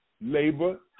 labor